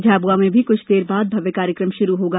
झाबुआ में भी कुछ देर बाद भव्य कार्यक्रम शुरू होगा